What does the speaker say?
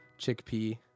chickpea